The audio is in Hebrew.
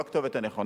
לא הכתובת הנכונה.